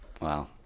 Wow